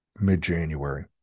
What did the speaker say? mid-January